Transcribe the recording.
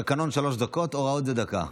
התקנון, שלוש דקות, הוראה זה דקה.